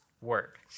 work